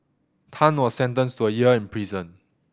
Tan was sentenced to a year in prison